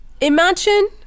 imagine